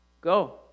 Go